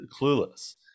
clueless